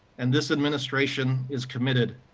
and this administration is committed,